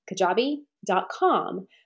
Kajabi.com